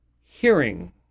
hearing